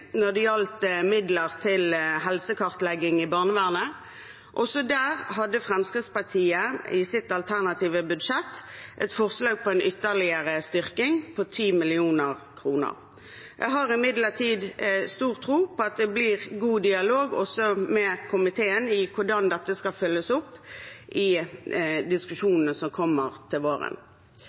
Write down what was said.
når det gjaldt midler til helsekartlegging i barnevernet. Også der hadde Fremskrittspartiet i sitt alternative budsjett et forslag til en ytterligere styrking, på 10 mill. kr. Jeg har imidlertid stor tro på at det blir god dialog med komiteen om hvordan dette skal følges opp i diskusjonene som kommer til våren.